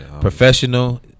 professional